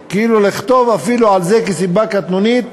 כאילו, לכתוב אפילו על זה, כסיבה קטנונית,